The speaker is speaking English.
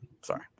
Sorry